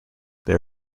they